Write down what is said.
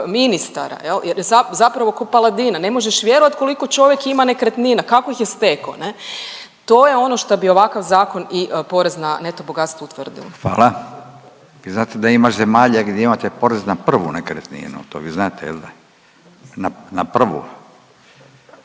ministara, zapravo ko Paladina. Ne možeš vjerovati koliko čovjek ima nekretnina. Kako ih stekao ne? To je ono što bi ovakav zakon i porez na neto bogatstvo utvrdilo. **Radin, Furio (Nezavisni)** Hvala. Jel' vi znate da ima zemalja gdje imate porez na prvu nekretninu? To vi znate jel' da? Na prvu.